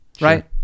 right